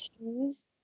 choose